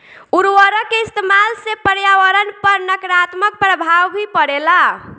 उर्वरक के इस्तमाल से पर्यावरण पर नकारात्मक प्रभाव भी पड़ेला